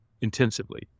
intensively